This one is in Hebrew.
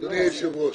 אדוני היושב-ראש,